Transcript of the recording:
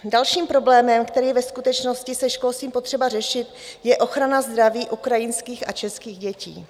Dalším problémem, který je ve skutečnosti se školstvím potřeba řešit, je ochrana zdraví ukrajinských a českých dětí.